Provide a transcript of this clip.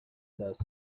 test